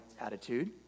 attitude